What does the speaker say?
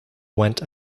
went